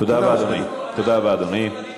תודה רבה, אדוני.